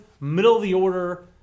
middle-of-the-order